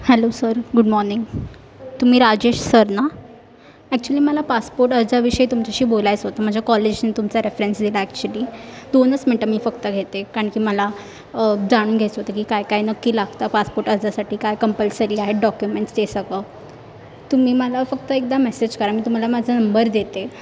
hello sir good morning तुम्ही Rajesh sir ना actually मला पासपोर्ट अर्जाविषयी तुमच्याशी बोलायचं होतं माझ्या कॉलेजनी तुमचा रेफरन्स दिला ॲक्च्युली दोनच मिंटं मी फक्त घेते काण की मला जाणून घ्यायचं होतं की काय काय नक्की लागतं पासपोर्ट अर्जासाठी काय कंपल्सरी आहेत डॉक्युमेंट्स ते सगळं तुम्ही मला फक्त एकदा मेसेज करा मी तुम्हा ला माझा नंबर देते